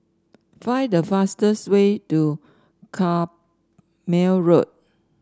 find the fastest way to Carpmael Road